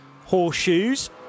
horseshoes